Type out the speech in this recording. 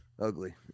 ugly